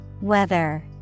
Weather